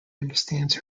understands